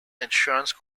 insurance